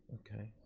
okay,